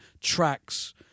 tracks